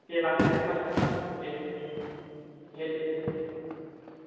दे लांदो दे फासस' खौनो लादो दे दे दे दे दे